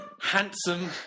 handsome